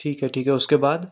ठीक है ठीक है उसके बाद